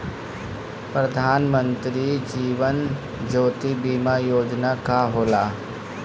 प्रधानमंत्री जीवन ज्योति बीमा योजना का होला?